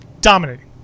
Dominating